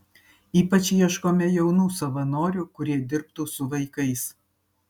ypač ieškome jaunų savanorių kurie dirbtų su vaikais